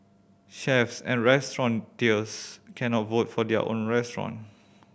chefs and restaurateurs cannot vote for their own restaurant